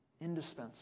Indispensable